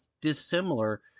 dissimilar